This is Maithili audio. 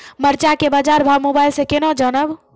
मरचा के बाजार भाव मोबाइल से कैनाज जान ब?